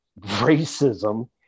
racism